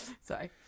Sorry